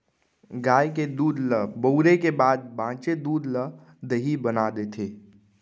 गाय के दूद ल बउरे के बाद बॉंचे दूद ल दही बना देथे